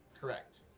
correct